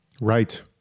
right